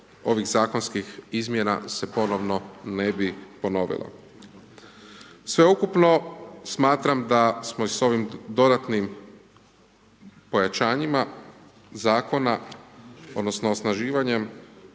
zakonskih izmjena se ponovno ne bi ponovilo. Sveukupno smatram da smo i s ovim dodatnim pojačanjima zakona odnosno osnaživanjem